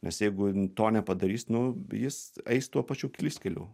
nes jeigu to nepadarys nu jis eis tuo pačiu klystkeliu